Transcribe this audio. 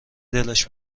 دلش